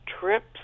trips